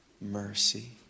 Mercy